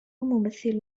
ممثل